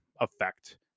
effect